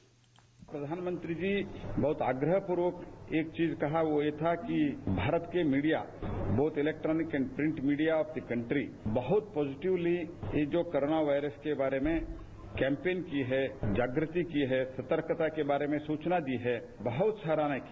bite प्रधानमंत्री जी बहत आग्रह पूर्वक एक चीज कहा वो ये था कि भारत की media both electronic and print media of the country बहुत पॉजिटिवली ये जो कोरोना वायरस के बारे में कैंपेन की है जागृति की हैसतर्कता के बारे में सूचना दी है बहुत सराहना की